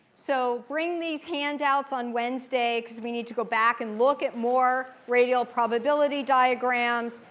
so bring these handouts on wednesday because we need to go back and look at more radial probability diagrams.